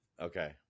okay